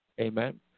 Amen